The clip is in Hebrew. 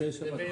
בנווה